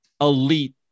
elite